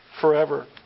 forever